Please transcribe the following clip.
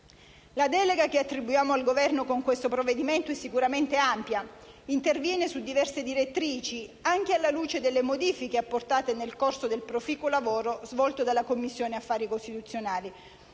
La delega che attribuiamo al Governo con questo provvedimento è sicuramente ampia ed interviene su diverse direttrici, anche alla luce delle modifiche apportate nel corso del proficuo lavoro svolto dalla Commissione affari costituzionali: